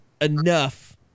enough